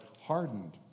hardened